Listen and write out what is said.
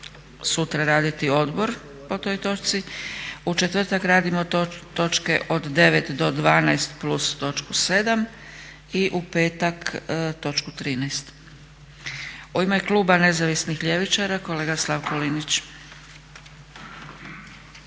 sutra raditi odbor po toj točci. U četvrtak radimo točke od 9. do 12. plus točku 7. i u petak točku 13. U ime Kluba nezavisnih ljevičara kolega Slavko Linić.